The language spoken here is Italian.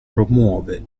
promuove